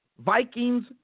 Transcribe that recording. Vikings